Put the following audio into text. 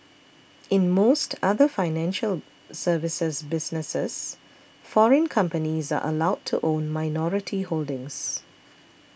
in most other financial services businesses foreign companies are allowed to own minority holdings